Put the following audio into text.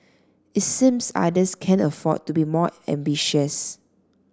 it seems others can afford to be more ambitious